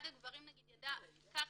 אחד הגברים ידע עברית,